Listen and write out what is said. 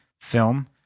film